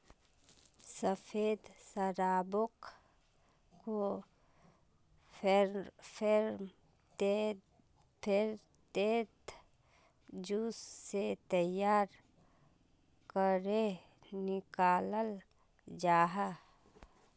सफ़ेद शराबोक को फेर्मेंतेद जूस से तैयार करेह निक्लाल जाहा